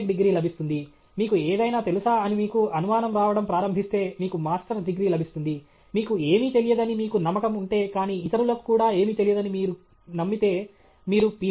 degree లభిస్తుంది మీకు ఏదైనా తెలుసా అని మీకు అనుమానం రావడం ప్రారంభిస్తే మీకు మాస్టర్స్ డిగ్రీ లభిస్తుంది మీకు ఏమీ తెలియదని మీకు నమ్మకం ఉంటే కానీ ఇతరులకు కూడా ఏమీ తెలియదని మీకు నమ్మితే మీరు Ph